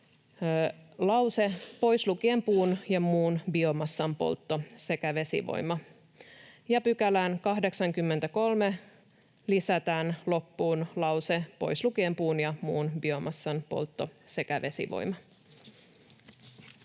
lause ”poislukien puun ja muun biomassan poltto sekä vesivoima” ja 83 §:ään lisätään loppuun lause ”poislukien puun ja muun biomassan poltto sekä vesivoima”.